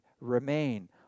Remain